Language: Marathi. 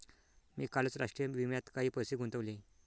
मी कालच राष्ट्रीय विम्यात काही पैसे गुंतवले